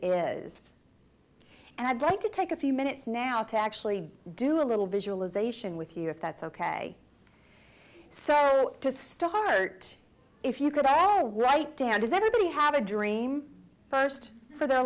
is and i'd like to take a few minutes now to actually do a little visualization with you if that's ok so to start if you could write down does everybody have a dream first for their